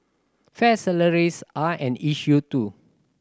fair salaries are an issue too